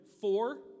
four